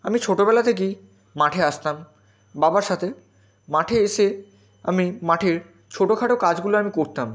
আমি ছোটোবেলা থেকেই মাঠে আসতাম বাবার সাথে মাঠে এসে আমি মাঠের ছোটো খাটো কাজগুলা আমি করতাম